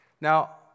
Now